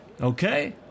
Okay